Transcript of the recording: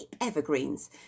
evergreens